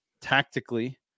tactically